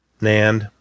NAND